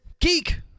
Geek